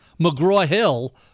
McGraw-Hill